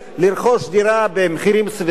לרכוש דירה במחירים סבירים.